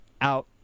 out